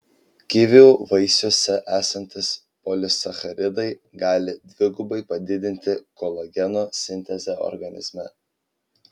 kivių vaisiuose esantys polisacharidai gali dvigubai padidinti kolageno sintezę organizme